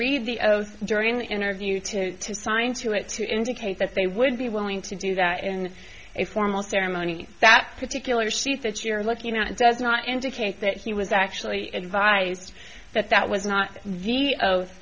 read the oath during the interview to sign to it to indicate that they would be willing to do that in a formal ceremony that particular seat that you're looking at it does not indicate that he was actually advised that that was not the oath